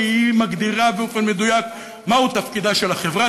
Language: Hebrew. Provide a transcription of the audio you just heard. כי היא מגדירה באופן מדויק: מהו תפקידה של החברה,